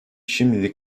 şimdilik